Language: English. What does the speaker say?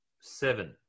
seven